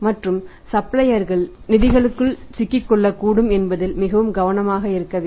மற்றும் சப்ளையர்கள் நிதிகளும் சிக்கிக்கொள்ளக்கூடும் என்பதில் மிகவும் கவனமாக இருக்க வேண்டும்